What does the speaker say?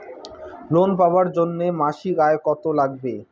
Loan পাবার জন্যে মাসিক আয় কতো লাগবে?